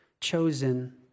chosen